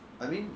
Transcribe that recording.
I mean